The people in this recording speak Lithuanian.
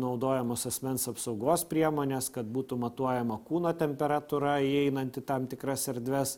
naudojamos asmens apsaugos priemonės kad būtų matuojama kūno temperatūra įeinant į tam tikras erdves